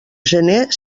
gener